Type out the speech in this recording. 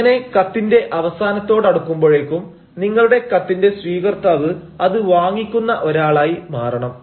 അങ്ങനെ കത്തിന്റെ അവസാനത്തോടടുക്കുമ്പോഴേക്കും നിങ്ങളുടെ കത്തിന്റെ സ്വീകർത്താവ് അത് വാങ്ങിക്കുന്ന ഒരാളായി മാറണം